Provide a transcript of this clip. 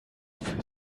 für